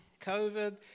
COVID